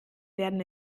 werden